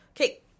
Okay